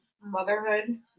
motherhood